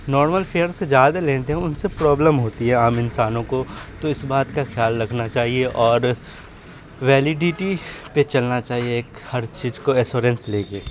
normal fair سے جیادہ لیتے ہیں ان سے پرابلم ہوتی ہے عام انسانوں کو تو اس بات کا کھیال رکھنا چاہیے اور ویلیڈیٹی پہ چلنا چاہیے ایک ہر چیج کو ایسورنس لے کے